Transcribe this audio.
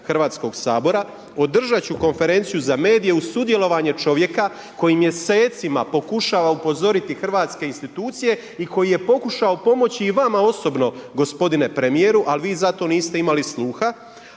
Hrvatskog sabora, održati ću konferencije za medije u sudjelovanje čovjeka koji mjesecima pokušava upozoriti hrvatske institucije i koji je pokušao pomoći i vama osobno gospodine premjeru, ali vi za to niste imali sluha.